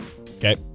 Okay